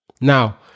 Now